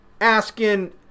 asking